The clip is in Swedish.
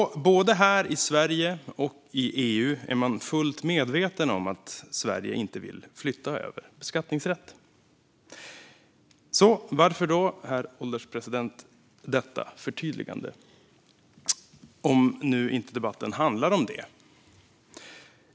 Både här i Sverige och i EU är man fullt medveten om att Sverige inte vill flytta över beskattningsrätt. Varför då, herr ålderspresident, detta förtydligande, om nu inte debatten handlar om det?